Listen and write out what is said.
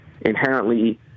inherently